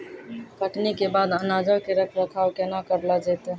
कटनी के बाद अनाजो के रख रखाव केना करलो जैतै?